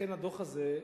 לכן הדוח הזה,